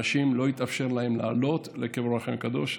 לאנשים לא יתאפשר לעלות לקבר אור החיים הקדוש.